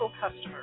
customers